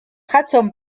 hudson